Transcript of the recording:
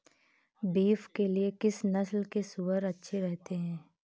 Beef के लिए किस नस्ल के सूअर अच्छे रहते हैं?